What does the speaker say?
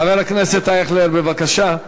הכנסת אייכלר, בבקשה.